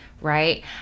right